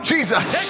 Jesus